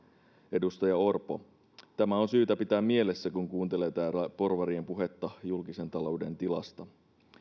edustaja orpo tämä on syytä pitää mielessä kun kuuntelee täällä porvarien puhetta julkisen talouden tilasta